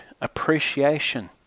appreciation